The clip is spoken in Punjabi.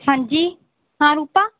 ਹਾਂਜੀ ਹਾਂ ਰੂਪਾ